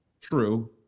True